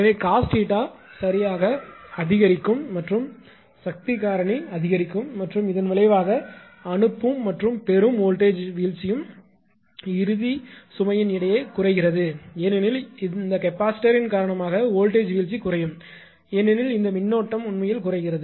எனவே cos 𝜃 சரியாக அதிகரிக்கும் மற்றும் சக்தி காரணிபவர் ஃபாக்டர் அதிகரிக்கும் மற்றும் இதன் விளைவாக அனுப்பும் மற்றும் பெறும் வோல்ட்டேஜ் வீழ்ச்சியும் இறுதி சுமையின் இடையே குறைகிறது ஏனெனில் இந்த கெபாசிட்டரின் காரணமாக வோல்ட்டேஜ் வீழ்ச்சியும் குறையும் ஏனெனில் இந்த மின்னோட்டம்கரண்ட் உண்மையில் குறைகிறது